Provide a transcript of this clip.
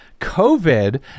COVID